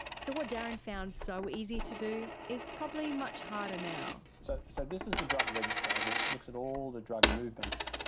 so what darren found so easy to do is probably much harder now. so so this is the drug register which looks at all the drug movements,